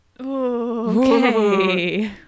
Okay